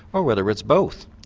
or whether it's both.